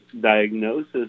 diagnosis